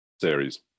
series